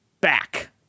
back